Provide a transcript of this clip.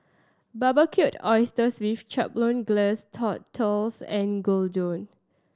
Barbecued Oysters with Chipotle Glaze Tortillas and Gyudon